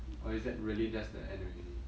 or is that really just the end already